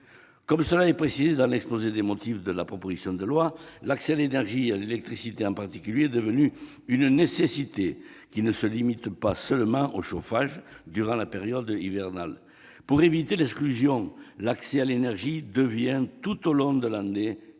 Comme cela est précisé dans l'exposé des motifs de la proposition de loi, l'accès à l'énergie et à l'électricité en particulier est devenu une nécessité qui ne se limite pas au chauffage durant la période hivernale. Pour éviter l'exclusion, l'accès à l'énergie est une impérieuse